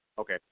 Okay